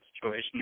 situation